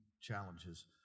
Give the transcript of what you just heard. challenges